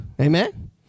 Amen